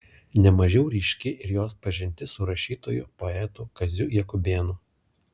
ne mažiau ryški ir jos pažintis su rašytoju poetu kaziu jakubėnu